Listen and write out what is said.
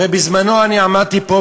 הרי בזמני אני עמדתי פה,